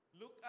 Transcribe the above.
Look